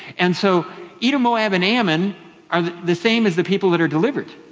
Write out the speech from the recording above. and so edom, moab, and ammon are the the same as the people that are delivered.